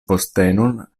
postenon